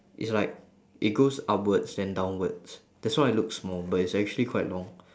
it's like it goes upwards then downwards that's why it looks small but it's actually quite long